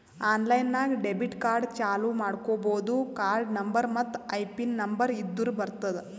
online ನಾಗ್ debit card ಚಾಲೂ ಮಾಡ್ಕೋಬೋದು ಕಾರ್ಡ ನಂಬರ್ ಮತ್ತ್ ಐಪಿನ್ ನಂಬರ್ ಇದ್ದುರ್ ಬರ್ತುದ್